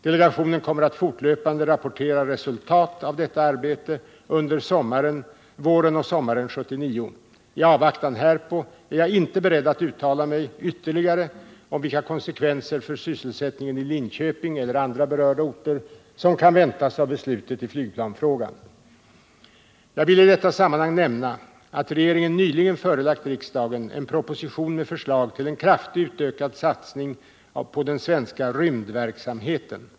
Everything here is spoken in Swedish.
Delegationen kommer att fortlöpande rapportera resultat av detta arbete under våren och sommaren 1979. I avvaktan härpå är jag inte beredd att uttala mig ytterligare om vilka konsekvenser för sysselsättningen i Linköping eller andra berörda orter som kan väntas av beslutet i flygplansfrågan. Jag vill i detta sammanhang nämna att regeringen nyligen förelagt riksdagen en proposition med förslag till en kraftigt utökad satsning på den svenska rymdverksamheten.